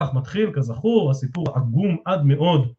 כך מתחיל כזכור הסיפור עגום עד מאוד